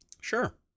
Sure